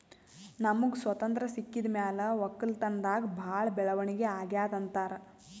ನಮ್ಗ್ ಸ್ವತಂತ್ರ್ ಸಿಕ್ಕಿದ್ ಮ್ಯಾಲ್ ವಕ್ಕಲತನ್ದಾಗ್ ಭಾಳ್ ಬೆಳವಣಿಗ್ ಅಗ್ಯಾದ್ ಅಂತಾರ್